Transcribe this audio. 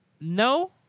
No